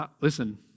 Listen